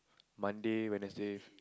Monday Wednesday